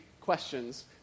questions